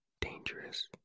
dangerous